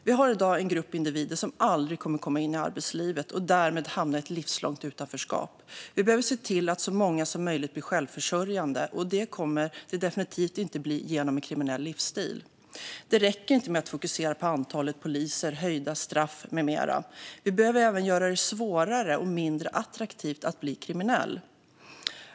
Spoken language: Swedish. Vi har i dag en grupp individer som aldrig kommer att komma in i arbetslivet och som därmed hamnar i ett livslångt utanförskap. Vi behöver se till att så många som möjligt blir självförsörjande, och det kommer de definitivt inte att bli genom en kriminell livsstil. Det räcker inte med att fokusera på antalet poliser, höjda straff med mera. Vi behöver även göra det svårare och mindre attraktivt att bli kriminell.